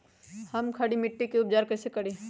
हम खड़ी मिट्टी के उपचार कईसे करी?